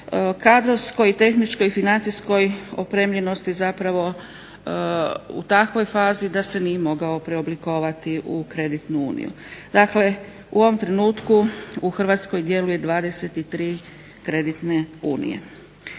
kadrovskoj, tehničkoj i financijskoj opremljenosti zapravo u takvoj fazi da se nije mogao preoblikovati u kreditnu uniju. Dakle, u ovom trenutku u Hrvatskoj djeluje 236 kreditne unije.